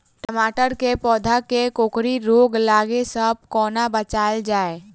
टमाटर केँ पौधा केँ कोकरी रोग लागै सऽ कोना बचाएल जाएँ?